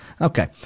Okay